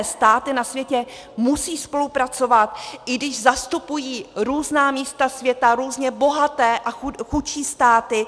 Státy na světě musí spolupracovat, i když zastupují různá místa světa, různě bohaté a chudší státy.